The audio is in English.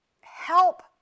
help